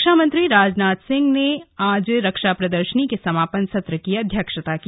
रक्षा मंत्री राजनाथ सिंह ने आज ं रक्षा प्रदर्शनी के समापन सत्र की अध्यक्षता की